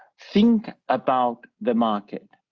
think about the market,